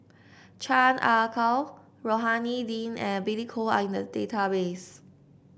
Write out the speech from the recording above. Chan Ah Kow Rohani Din and Billy Koh are in the database